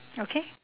okay